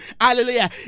hallelujah